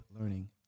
learning